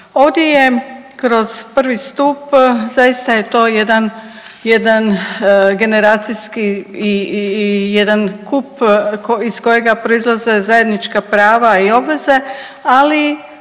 Ovdje je kroz prvi stup zaista je to jedan, jedan generacijski i jedan kup iz kojega proizlaze zajednička prava i obveze ali